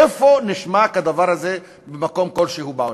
איפה נשמע כדבר הזה במקום כלשהו בעולם?